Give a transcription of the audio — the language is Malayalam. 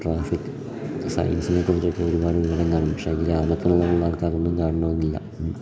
ട്രാഫിക്ക് സയൻസിനെക്കുറിച്ച് ഒക്കെ ഒരുപാട് വിവരം കാണും പക്ഷേ അത് ഗ്രാമത്തിലുള്ള പിള്ളേർക്ക് അതൊന്നും കാണണം എന്നില്ല